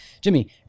Jimmy